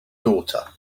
daughter